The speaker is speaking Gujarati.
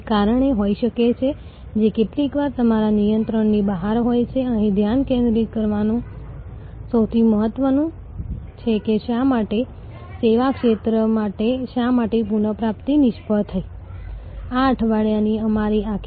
પરંતુ હવે વધુને વધુ થિયેટરો વાસ્તવમાં સદસ્યતાના સંબંધ પર આધારિત સબ્સ્ક્રિપ્શન બનાવવાનો પ્રયાસ કરી રહ્યાં છે